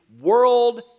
world